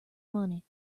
money